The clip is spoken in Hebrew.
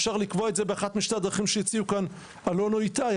אפשר לקבוע את זה באחת משתי הדרכים שהציעו כאן אלון או איתי,